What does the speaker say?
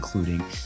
including